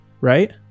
Right